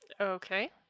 Okay